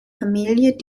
familie